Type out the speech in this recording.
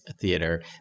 theater